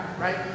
right